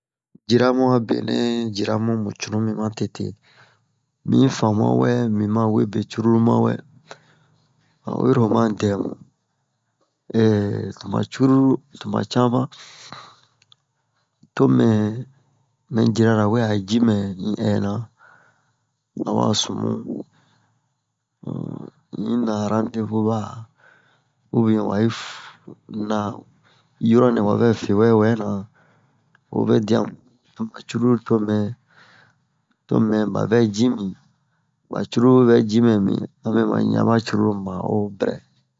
Jiramu a benɛ jiramu mu cunu mi ma tete mi yi famu'a wɛ mi ma we be cururu ma wɛ oyi ro oma dɛmu tuma cururu tuma cama to mɛ mɛ jirara we a ji mɛ in inna a wa sumu un in na randevu ba ubiɛn wa yi na yoronɛ wa vɛ fewɛ wɛna o vɛ diya mu tuma cururu to mɛ to mɛ ba vɛ ji mi ba cururu we vɛ ji mɛ mi a me ma ɲa ba cururu ma'o bɛrɛ